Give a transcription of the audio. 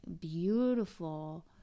beautiful